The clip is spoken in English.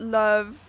love